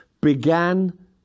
began